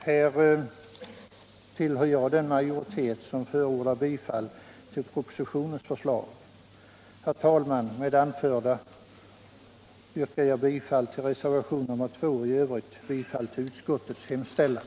Här tillhör jag den majoritet som förordar bifall till propositionens förslag. Herr talman! Med det anförda yrkar jag bifall till reservation nr 2 och i Övrigt bifall till utskottets hemställan.